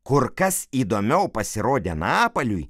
kur kas įdomiau pasirodė napaliui